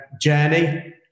journey